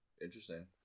Interesting